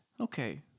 Okay